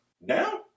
Now